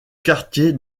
quartier